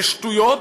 זה שטויות,